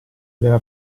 della